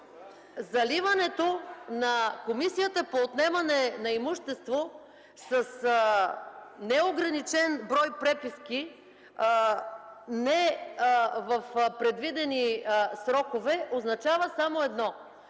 Заливането на комисията по отнемане на имуществото с неограничен брой преписки не в предвидени срокове означава само едно –